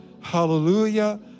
hallelujah